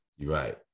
Right